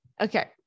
Okay